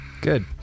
Good